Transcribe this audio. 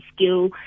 skill